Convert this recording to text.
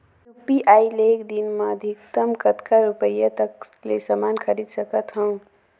UPI ले एक दिन म अधिकतम कतका रुपिया तक ले समान खरीद सकत हवं?